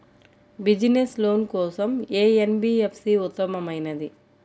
Business loan కోసం ఏ NBFC ఉత్తమమైనది?